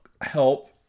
Help